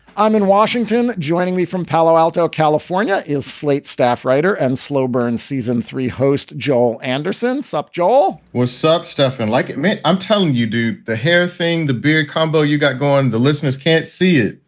i'm in washington. joining me from palo alto, california, is slate staff writer and slow burn season three host joel anderson sup, joel was such stuff and like it meant, i'm telling you, do the hair thing, the beard combo you got going. the listeners can't see it,